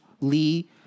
Lee